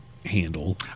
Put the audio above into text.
handle